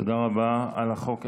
תודה רבה על החוק.